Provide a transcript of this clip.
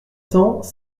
cents